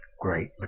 great